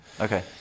Okay